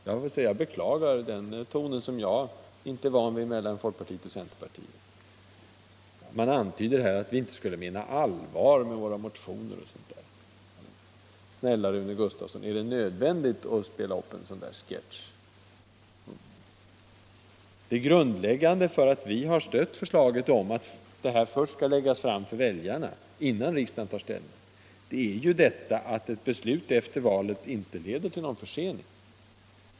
Jag beklagar den tonen, som jag inte är van vid mellan folkpartiet och centerpartiet. Man antyder att vi inte skulle mena allvar med våra motioner, osv. Snälla Rune Gustavsson, är det nödvändigt att spela upp en sådan sketch? Det grundläggande skälet till att vi har stött förslaget att dessa motioner skall läggas fram för väljarna, innan riksdagen tar ställning, är att ett beslut efter valet inte leder till någon försening.